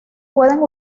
pueden